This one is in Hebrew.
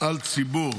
על ציבור